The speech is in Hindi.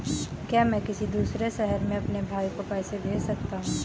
क्या मैं किसी दूसरे शहर में अपने भाई को पैसे भेज सकता हूँ?